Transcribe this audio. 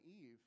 Eve